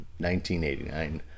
1989